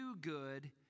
good